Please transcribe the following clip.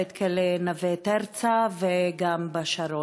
בית-כלא "נווה תרצה", וגם בבית-הכלא "השרון"